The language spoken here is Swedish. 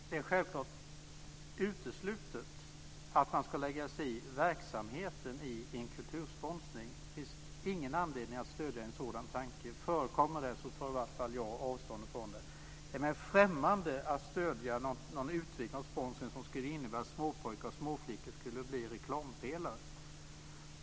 Fru talman! Det är självklart uteslutet att man ska lägga sig i verksamheten i en kultursponsring. Det finns ingen anledning att stödja en sådan tanke. Förekommer den så tar i varje fall jag avstånd från den. Det är mig främmande att stödja en sponsring som skulle innebära att småpojkar och småflickor skulle bli reklampelare.